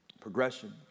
progression